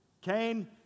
Cain